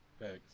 Thanks